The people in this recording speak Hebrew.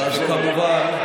תעזור לי.